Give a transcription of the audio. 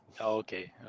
Okay